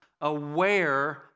aware